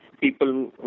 people